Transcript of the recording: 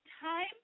time